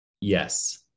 Yes